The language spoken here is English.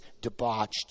debauched